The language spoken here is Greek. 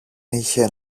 είχε